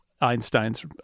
Einstein's